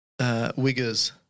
Wiggers